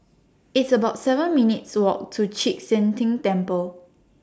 It's about seven minutes' Walk to Chek Sian Tng Temple